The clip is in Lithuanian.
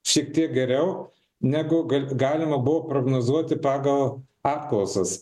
šiek tiek geriau negu galima buvo prognozuoti pagal apklausas